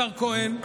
השר כהן,